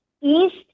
east